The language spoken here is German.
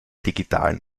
digitalen